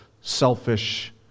selfish